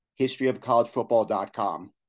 historyofcollegefootball.com